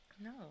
No